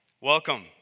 welcome